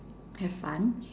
have fun